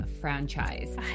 franchise